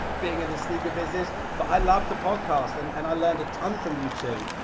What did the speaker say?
being in the sneaker business. but i love the podcast, and and i learned a ton from you two.